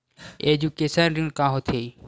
Education ऋण का होथे?